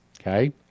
okay